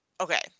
okay